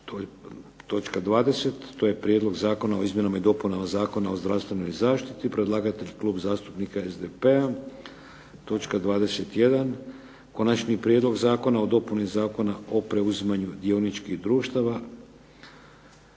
to je Prijedlog zakona o izmjenama i dopunama Zakona o zdravstvenoj zaštiti, predlagatelj Klub zastupnika SDP-a, točka 21. Konačni prijedlog zakona o dopuni Zakona o preuzimanju dioničkih društava,